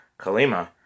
Kalima